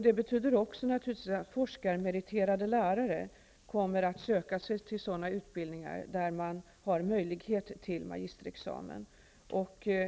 Det betyder också att forskarmeriterade lärare kommer att söka sig till sådana utbildningar där man har möjlighet att fortsätta till magisterexamen.